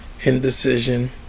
indecision